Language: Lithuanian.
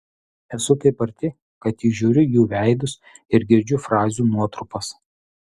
esu taip arti kad įžiūriu jų veidus ir girdžiu frazių nuotrupas